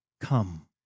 come